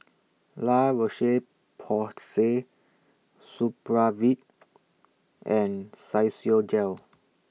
La Roche Porsay Supravit and Physiogel